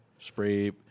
spray